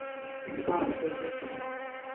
ᱦᱚᱸ ᱴᱷᱤᱠ ᱜᱮᱭᱟ